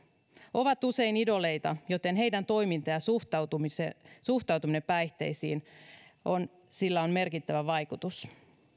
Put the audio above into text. ovat usein idoleita joten heidän toiminnallaan ja suhtautumisellaan päihteisiin on merkittävä vaikutus